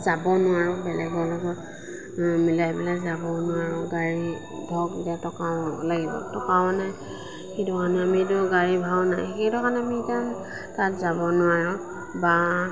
যাব নোৱাৰোঁ বেলেগৰ লগত মিলাই পেলাই যাবও নোৱাৰোঁ গাড়ী টকাও লাগিব টকাও নাই সেইটো কাৰণে আমিতো গাড়ী ভাড়াও নাই সেইটো কাৰণে আমি এতিয়া তাত যাব নোৱাৰোঁ বা